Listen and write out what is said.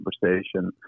conversation